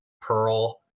pearl